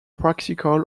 practical